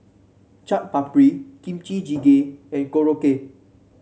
Chaat Papri Kimchi Jjigae and Korokke